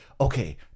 okay